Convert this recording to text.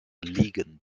liegen